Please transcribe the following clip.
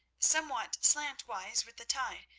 somewhat slantwise with the tide,